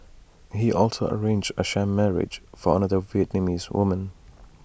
he also arranged A sham marriage for another Vietnamese woman